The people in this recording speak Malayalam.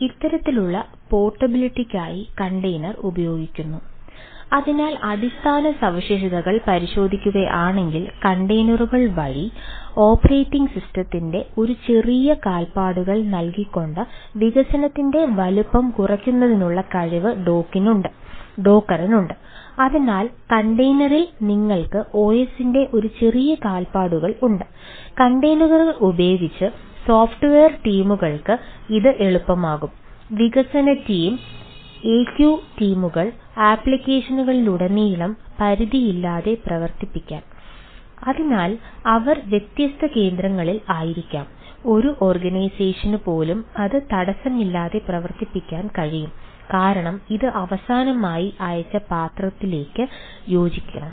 ഇത്തരത്തിലുള്ള പോർട്ടബിലിറ്റി ഉപയോഗിക്കുന്നു അതിനാൽ അടിസ്ഥാന സവിശേഷതകൾ പരിശോധിക്കുകയാണെങ്കിൽ കണ്ടെയ്നറുകൾ പോലും അത് തടസ്സമില്ലാതെ പ്രവർത്തിക്കാൻ കഴിയും കാരണം ഇത് അവസാനമായി അയച്ച പാത്രത്തിലേക്ക് യോജിക്കണം